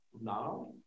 now